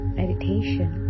meditation